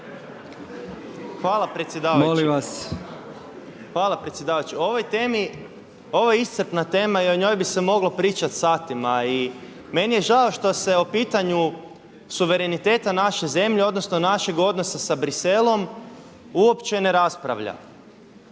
ovoj temi, ovo je iscrpna tema i o njoj bi se moglo pričati satima. I meni je žao što se o pitanju suvereniteta naše zemlje odnosno našeg odnosa sa Bruxellesom uopće ne raspravlja.